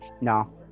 no